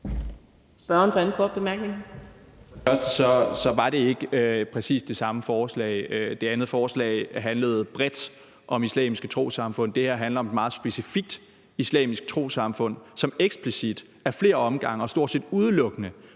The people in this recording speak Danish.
spørgeren for en kort bemærkning,